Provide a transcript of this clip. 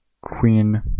queen